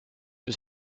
kui